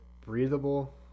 breathable